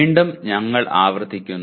വീണ്ടും ഞങ്ങൾ ആവർത്തിക്കുന്നു